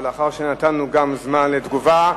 ולאחר שנתנו גם זמן לתגובה,